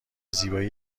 زیبایی